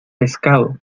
pescado